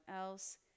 else